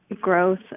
growth